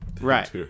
Right